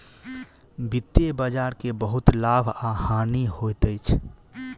वित्तीय बजार के बहुत लाभ आ हानि होइत अछि